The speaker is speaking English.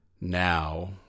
now